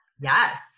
Yes